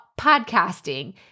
podcasting